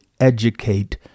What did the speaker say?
educate